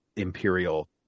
Imperial